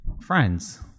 Friends